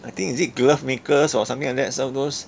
I think is it glove makers or something like that sell those